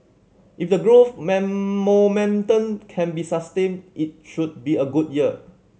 if the growth momentum can be sustained it should be a good year